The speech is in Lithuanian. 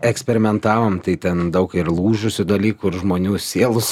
eksperimentavom tai ten daug ir lūžusių dalykų ir žmonių sielų